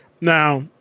Now